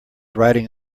writing